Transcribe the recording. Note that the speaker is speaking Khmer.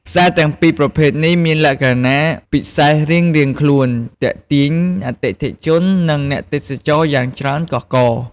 ផ្សារទាំងពីរប្រភេទនេះ មានលក្ខណៈពិសេសរៀងៗខ្លួន ទាក់ទាញអតិថិជន និងអ្នកទេសចរណ៍យ៉ាងច្រើនកុះករ។